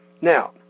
Now